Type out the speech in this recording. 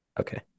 Okay